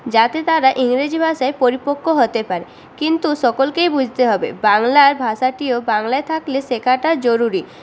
যাতে তারা ইংরেজি ভাষায় পরিপক্ক হতে পারে কিন্তু সকলকেই বুঝতে হবে বাংলা ভাষাটিও বাংলায় থাকলে শেখাটা জরুরি